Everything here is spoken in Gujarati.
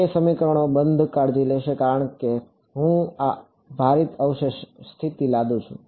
કે સમીકરણો બંધ કાળજી લેશે કારણ કે જ્યારે હું આ ભારિત અવશેષ સ્થિતિ લાદું છું